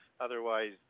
otherwise